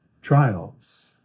trials